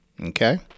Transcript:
Okay